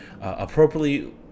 appropriately